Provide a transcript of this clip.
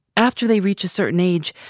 after they reach a certain age,